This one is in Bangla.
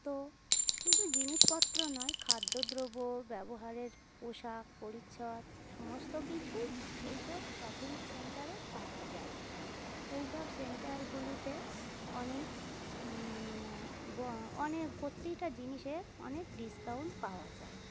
তো শুধু জিনিসপত্র নয় খাদ্যদ্রব্য ব্যবহারের পোশাক পরিচ্ছদ সমস্ত কিছুই এইসব শপিং সেন্টারে পাওয়া যায় এইসব সেন্টারগুলিতে অনেক অনেক প্রত্যেকটা জিনিসের অনেক ডিসকাউন্ট পাওয়া যায়